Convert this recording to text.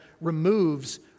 removes